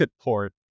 port